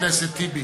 חבר הכנסת טיבי.